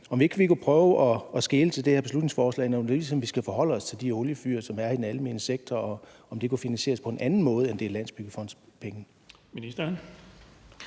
om ikke vi kunne prøve at skele til det her beslutningsforslag, når vi skal forholde os til de oliefyr, som der er i den almene sektor, og om det kunne finansieres på en anden måde end med Landsbyggefondens penge.